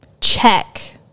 Check